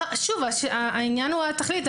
העניין הוא התכלית.